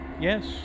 Yes